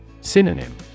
Synonym